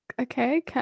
okay